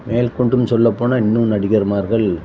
மேற்கொண்டு சொல்லப்போனால் இன்னும் நடிகர்மார்கள்